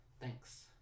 Thanks